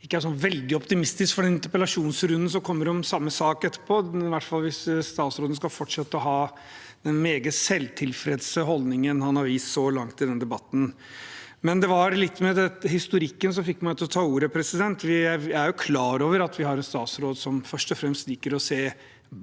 ikke er så veldig optimistisk for den interpellasjonsrunden som kommer om samme sak etterpå, i hvert fall hvis statsråden skal fortsette å ha den meget selvtilfredse holdningen han har vist så langt i denne debatten. Det var litt det med historikken som fikk meg til å ta ordet. Vi er jo klar over at vi har en statsråd som først og fremst liker å se